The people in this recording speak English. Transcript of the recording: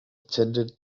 attended